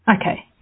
Okay